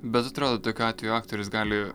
bet atrodo tokiu atveju aktorius gali